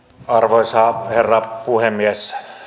arvoisa herra puhemies